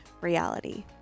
reality